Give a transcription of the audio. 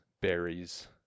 berries